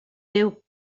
déu